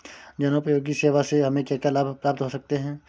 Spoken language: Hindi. जनोपयोगी सेवा से हमें क्या क्या लाभ प्राप्त हो सकते हैं?